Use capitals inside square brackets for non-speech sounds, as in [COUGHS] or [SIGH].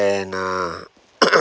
um [COUGHS]